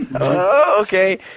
Okay